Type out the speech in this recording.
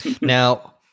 Now